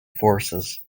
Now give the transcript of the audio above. forces